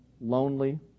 lonely